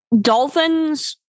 Dolphins